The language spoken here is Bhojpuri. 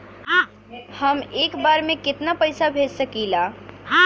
हम एक बार में केतना पैसा भेज सकिला?